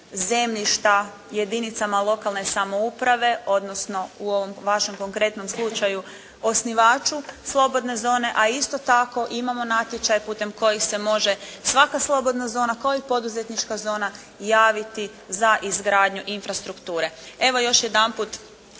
zemljišta jedinicama lokalne samouprave, odnosno u ovom vašem konkretnom slučaju osnivaču slobodne zone, a isto tako imamo natječaj putem kojih se može svaka slobodna zona kao i poduzetnička zona javiti za izgradnju infrastrukture. Evo još jedanput